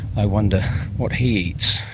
i wonder what he eats.